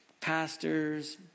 Pastors